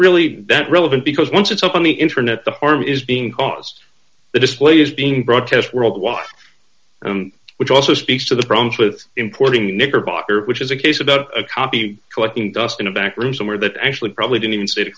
really that relevant because once it's up on the internet the farm is being cause the display is being broadcast worldwide which also speaks to the problems with importing knickerbocker which is a case about a copy collecting dust in a back room somewhere that actually probably didn't even say to